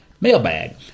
Mailbag